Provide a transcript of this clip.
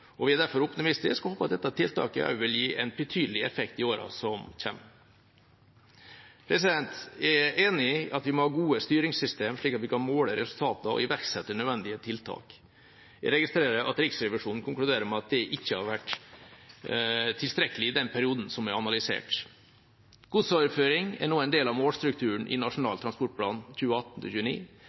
og vi er derfor optimistiske og håper at dette tiltaket også vil gi en betydelig effekt i årene som kommer. Jeg er enig i at vi må ha gode styringssystem, slik at vi kan måle resultater og iverksette nødvendige tiltak. Jeg registrerer at Riksrevisjonen konkluderer med at det ikke har vært tilstrekkelig i den perioden som er analysert. Godsoverføring er nå en del av målstrukturen i Nasjonal transportplan